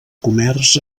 comerç